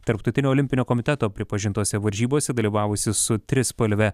tarptautinio olimpinio komiteto pripažintose varžybose dalyvavusi su trispalve